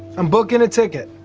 i'm booking a ticket,